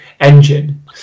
engine